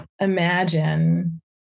imagine